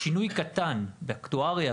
בשינוי קטן באקטואריה,